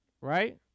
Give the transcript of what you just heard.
Right